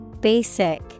Basic